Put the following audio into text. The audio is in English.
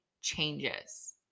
changes